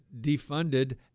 defunded